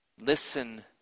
Listen